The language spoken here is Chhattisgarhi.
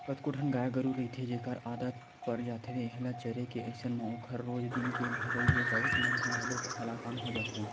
कतको ठन गाय गरु रहिथे जेखर आदत पर जाथे हेल्ला चरे के अइसन म ओखर रोज दिन के भगई ले राउत मन ह घलोक हलाकान हो जाथे